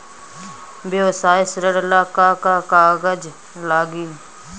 व्यवसाय ऋण ला का का कागज लागी?